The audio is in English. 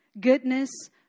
goodness